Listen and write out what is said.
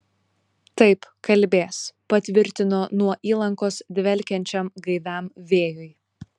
taip kalbės patvirtino nuo įlankos dvelkiančiam gaiviam vėjui